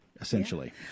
essentially